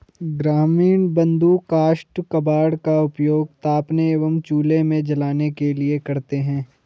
ग्रामीण बंधु काष्ठ कबाड़ का उपयोग तापने एवं चूल्हे में जलाने के लिए करते हैं